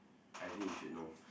I think you should know